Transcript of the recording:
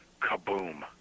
kaboom